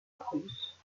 prusse